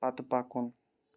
پتہٕ پکُن